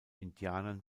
indianern